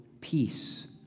peace